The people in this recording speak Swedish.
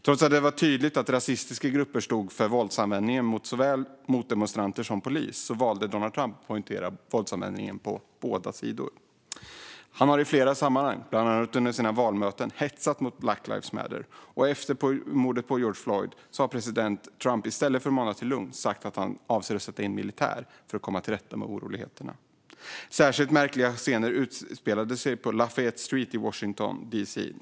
Trots att det var tydligt att de rasistiska grupperna stod för våldsanvändningen mot såväl motdemonstranter som polis valde president Trump att poängtera våldsanvändningen på båda sidor. Trump har i flera sammanhang, bland annat under valmöten, hetsat mot Black lives matter. Efter mordet på George Floyd har president Trump i stället för att mana till lugn sagt att han avser att sätta in militär för att komma till rätta med oroligheterna. Särskilt märkliga scener utspelade sig på Lafayette Street i Washington D.C.